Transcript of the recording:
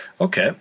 Okay